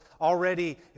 already